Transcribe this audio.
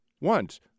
Once